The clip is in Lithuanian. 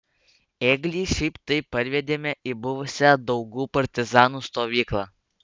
ėglį šiaip taip parvedėme į buvusią daugų partizanų stovyklą